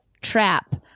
trap